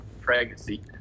pregnancy